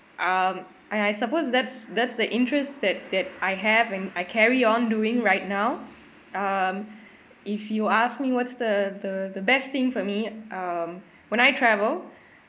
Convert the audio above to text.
um and I suppose that's that's the interests that that I have and I carry on doing right now um if you ask me what's the the the best thing for me um when I travel